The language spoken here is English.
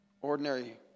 ordinary